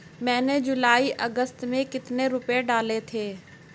मैंने जुलाई और अगस्त में कितने रुपये डाले थे?